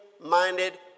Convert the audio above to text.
minded